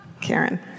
Karen